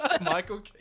Michael